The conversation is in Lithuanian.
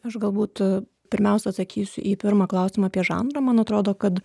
aš galbūt pirmiausia atsakysiu į pirmą klausimą apie žanrą man atrodo kad